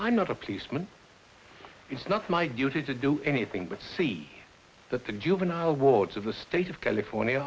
i'm not a policeman it's not my duty to do anything but see that the juvenile wards of the state of california